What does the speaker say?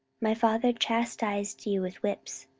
my father chastised you with whips,